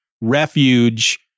refuge